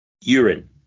Urine